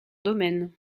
domaine